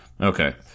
Okay